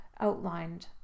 outlined